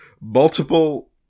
multiple